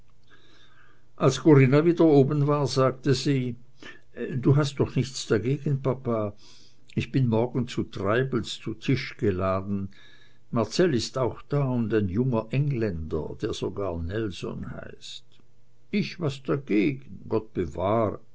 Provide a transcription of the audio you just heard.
als corinna wieder oben war sagte sie du hast doch nichts dagegen papa ich bin morgen zu treibels zu tisch geladen marcell ist auch da und ein junger engländer der sogar nelson heißt ich was dagegen gott bewahre